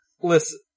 listen